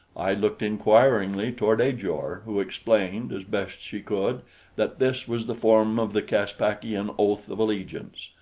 i looked inquiringly toward ajor, who explained as best she could that this was the form of the caspakian oath of allegiance.